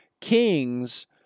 Kings